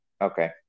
Okay